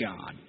God